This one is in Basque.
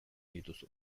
dituzu